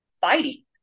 fighting